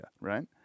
right